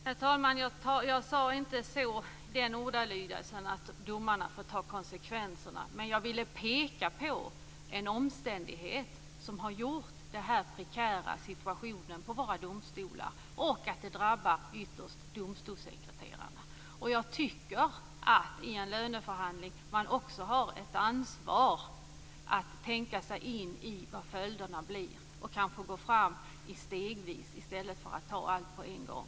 Herr talman! Jag använde inte den ordalydelsen att domarna får ta konsekvenserna. Jag ville peka på en omständighet som har medfört den här prekära situationen på våra domstolar och att det ytterst drabbar domstolssekreterarna. Jag tycker att man genom att medverka i en löneförhandling har ett ansvar att tänka sig in i vad följderna blir och kanske gå fram stegvis i stället för att ta allt på en gång.